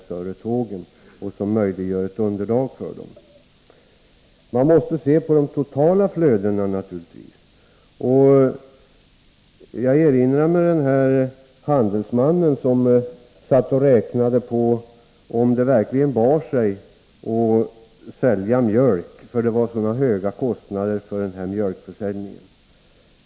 Man måste se på de totala flödena. Jag erinrar mig handelsmannen som räknade på om det verkligen bar sig att sälja mjölk, för det var så höga kostnader för den försäljningen.